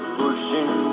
pushing